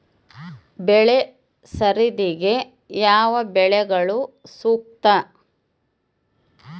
ಬೆಳೆ ಸರದಿಗೆ ಯಾವ ಬೆಳೆಗಳು ಸೂಕ್ತ?